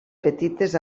petites